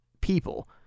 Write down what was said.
people